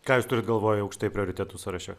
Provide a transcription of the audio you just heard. ką jūs turit galvoj aukštai prioritetų sąraše